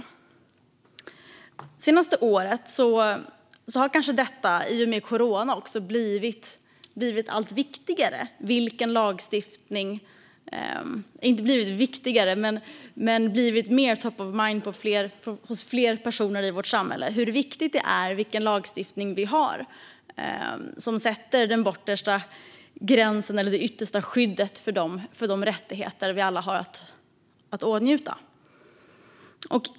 Det senaste året har det i och med coronapandemin också blivit mer top of mind hos fler personer i vårt samhälle hur viktigt det är vilken lagstiftning vi har som sätter den bortre gränsen eller det yttersta skyddet för de rättigheter som vi alla har att åtnjuta.